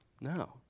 No